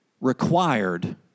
required